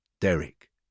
Derek